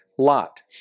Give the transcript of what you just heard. lot